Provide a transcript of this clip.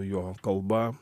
jo kalba